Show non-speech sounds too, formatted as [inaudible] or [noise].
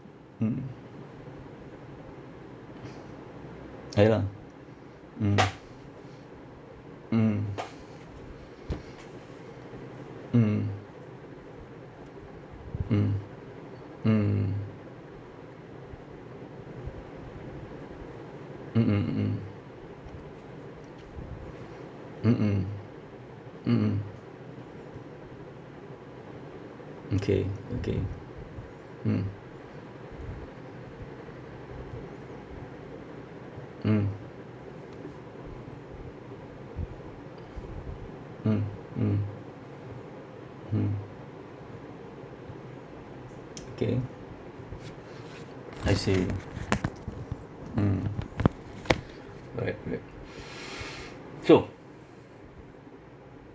mm [noise] ya lah mm mm [noise] mm mm mm mm mm mm mm [noise] mm mm mm mm okay okay mm mm mm mm mm [noise] K I see mm correct correct [noise] so